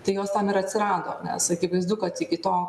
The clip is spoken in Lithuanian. tai jos tam ir atsirado nes akivaizdu kad iki to